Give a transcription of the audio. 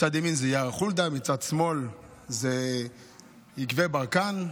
מצד ימין זה יער חולדה, מצד שמאל זה יקבי ברקן.